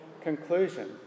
conclusion